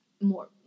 more